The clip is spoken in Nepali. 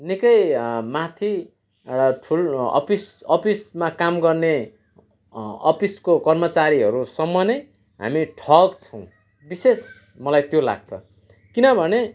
निक्कै माथि र ठुल अफिस अफिसमा काम गर्ने अफिसको कर्मचारीहरूसम्म नै हामी ठग छौँ विशेष मलाई त्यो लाग्छ किनभने